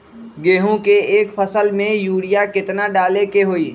गेंहू के एक फसल में यूरिया केतना डाले के होई?